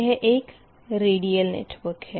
यह एक radial network है